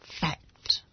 fact